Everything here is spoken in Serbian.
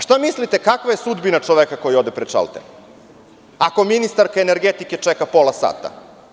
Šta mislite, kakava je sudbina čoveka koji ode pred šalter, ako ministarka energetike čeka pola sata?